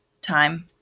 time